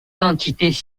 quantités